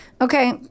okay